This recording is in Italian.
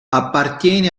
appartiene